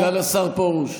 סגן השר פרוש,